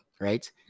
right